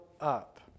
up